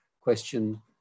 question